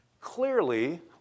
Clearly